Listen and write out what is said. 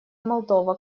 молдова